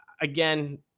Again